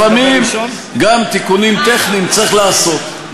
לפעמים גם תיקונים טכניים צריך לעשות.